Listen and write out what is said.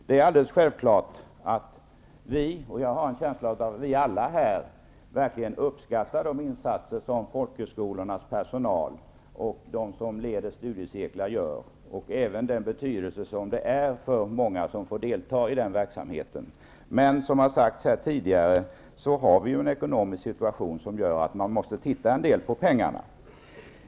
Det är självklart att vi -- jag har en känsla av att det gäller oss alla här -- verkligen uppskattar de insatser som folkhögskolornas personal och de som leder studiecirklar gör, och även den betydelse som det har för många som får delta i den verksamheten. Men, som har sagts här tidigare, den ekonomiska situationen är sådan att man måste titta på vart pengarna går.